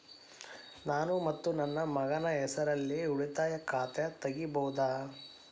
ನಾನು ಮತ್ತು ನನ್ನ ಮಗನ ಹೆಸರಲ್ಲೇ ಉಳಿತಾಯ ಖಾತ ತೆಗಿಬಹುದ?